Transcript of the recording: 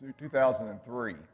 2003